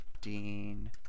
dean